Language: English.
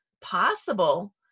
possible